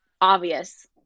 obvious